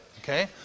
Okay